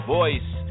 voice